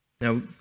Now